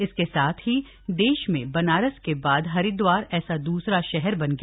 इसके साथ ही देश में बनारस के बाद हरिद्वार ऐसा दूसरा शहर बन गया